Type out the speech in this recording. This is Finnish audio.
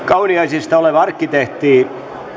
kauniaisista oleva arkkitehti